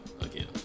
again